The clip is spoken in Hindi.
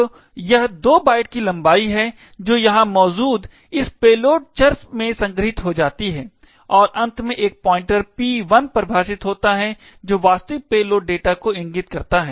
तो यह 2 बाइट की लंबाई है जो यहां मौजूद इस पेलोड चर में संग्रहीत हो जाती है और अंत में एक पॉइंटर p1 परिभाषित होता है जो वास्तविक पेलोड डेटा को इंगित करता है